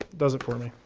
does it for me.